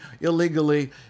illegally